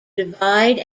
divide